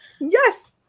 Yes